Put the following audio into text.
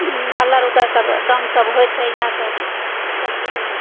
अल्हारुदलसभ डान्ससभ होयत छै इएहसभ सभ किछो